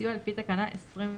וסיוע לפי תקנה 21(1),